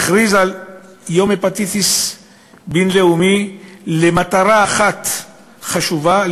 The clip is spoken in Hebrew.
הכריז על יום הפטיטיס בין-לאומי למטרה אחת חשובה: